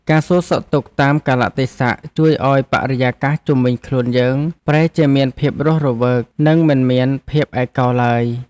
ការសួរសុខទុក្ខតាមកាលៈទេសៈជួយឱ្យបរិយាកាសជុំវិញខ្លួនយើងប្រែជាមានភាពរស់រវើក និងមិនមានភាពឯកោឡើយ។